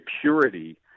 purity